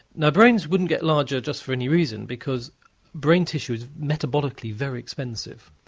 and brains wouldn't get larger just for any reasons because brain tissue is metabolically very expensive,